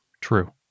True